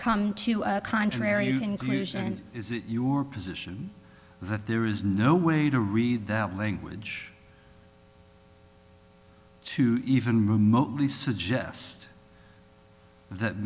come to contrary inclusions is it your position that there is no way to read that language to even remotely suggest that